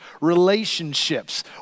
relationships